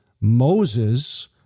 Moses